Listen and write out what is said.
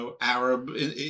Arab